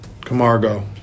Camargo